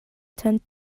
tend